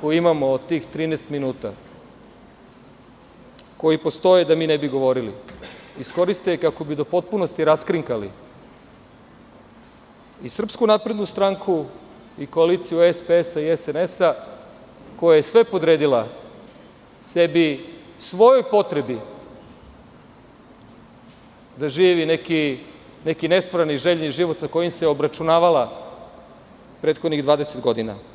koji imamo od tih 13 minuta, koji postoje da mi ne bi govorili, iskoriste kako bi do potpunosti raskrinkali i SNS, i koaliciju SPS i SNS koja je sve podredila sebi, svojoj potrebi da živi neki nestvarni željni život sa kojim se obračunavala prethodnih 20 godina.